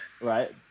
Right